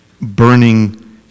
burning